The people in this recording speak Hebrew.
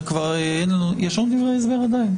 --- להיכתב בדברי ההסבר.